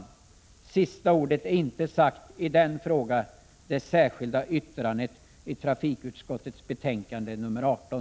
Sista ordet är inte sagt i den fråga som tas upp i det särskilda yttrandet i trafikutskottets betänkande 18.